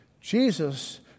Jesus